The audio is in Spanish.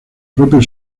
propio